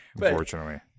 Unfortunately